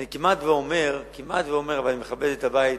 אני כמעט אומר, כמעט אומר, אבל אני מכבד את הבית